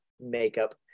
makeup